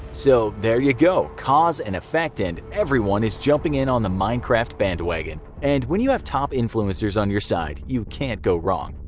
so, there you go, cause and effect and everyone is jumping on the minecraft bandwagon, and when you have top influencers on your side you can't go wrong.